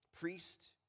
Priest